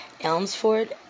Elmsford